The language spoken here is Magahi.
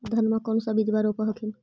धनमा कौन सा बिजबा रोप हखिन?